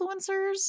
influencers